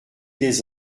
des